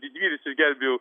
didvyris išgelbėjo